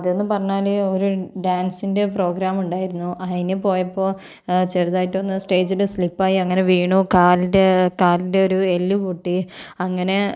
അതെന്ന് പറഞ്ഞാല് ഒരു ഡാൻസിന്റെ പ്രോഗ്രാം ഉണ്ടായിരുന്നു ആയിനു പോയപ്പോൾ ചെറുതായിട്ടൊന്നു സ്റ്റേജിലു സ്ലിപ്പ് ആയി അങ്ങനെ വീണു കാലിന്റെ കാലിന്റെ ഒരു എല്ല് പൊട്ടി അങ്ങനെ